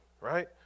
right